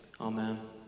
amen